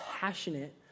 passionate